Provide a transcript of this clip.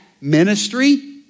ministry